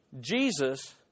Jesus